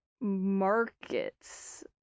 markets